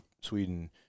Sweden